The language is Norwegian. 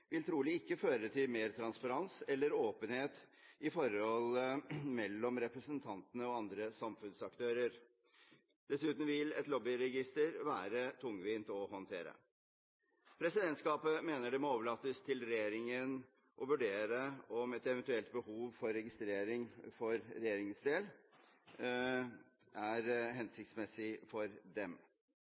vil trolig ikke føre til mer transparens eller åpenhet i forholdet mellom representantene og andre samfunnsaktører. Dessuten vil et lobbyregister være tungvint å håndtere. Presidentskapet mener det må overlates til regjeringen å vurdere om et eventuelt behov for registrering for regjeringens del er hensiktsmessig for dem.